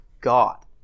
God